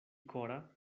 kora